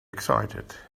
excited